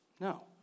no